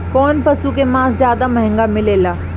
कौन पशु के मांस ज्यादा महंगा मिलेला?